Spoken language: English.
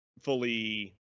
fully